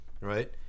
right